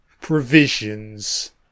Provisions